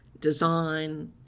design